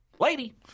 Lady